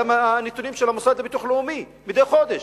על הנתונים של המוסד לביטוח לאומי, מדי חודש,